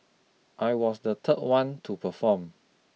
I was the third one to perform